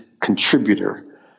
contributor